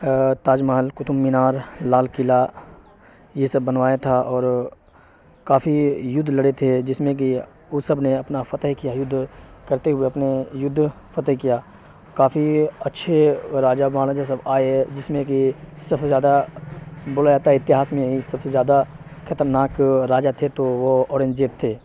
تاج محل قطب مینار لال قلعہ یہ سب بنوایا تھا اور کافی یُدھ لڑے تھے جس میں کہ اس سب نے اپنا فتح کیا یُدھ کرتے ہوئے اپنے یُدھ فتح کیا کافی اچھے راجا مہاراجا سب آئے جس میں کہ سب سے زیادہ بولا جاتا ہے اتہاس میں سب سے زیادہ خطرناک راجا تھے تو وہ اورنگزیب تھے